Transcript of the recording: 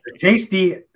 tasty